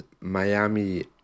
Miami